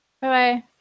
bye-bye